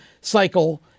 cycle